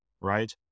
right